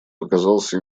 показался